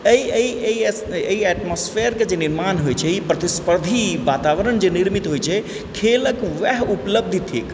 अइ अइ अइ अइ अट्मॉसफेयरके जे निर्माण होइ छै ई प्रतिस्पर्धी वातावरण जे निर्मित होइ छै खेलक वएह उपलब्धि थिक